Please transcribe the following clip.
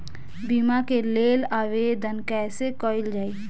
बीमा के लेल आवेदन कैसे कयील जाइ?